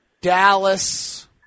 Dallas